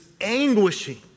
anguishing